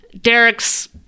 Derek's